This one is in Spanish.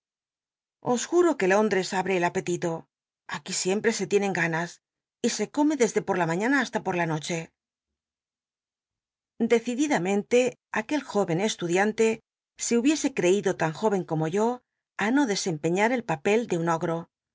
juro que lóndres abre el apetito aquí sicmpc se tienen ganas y se co me desde por la maiiana hasta por la noche decididamente aquel jóven estudiante se hubiese creído tan jóven como yo á no dcwmpeiiar el papel de un ogro